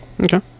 Okay